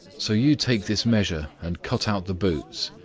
so you take this measure and cut out the boots.